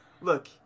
Look